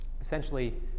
essentially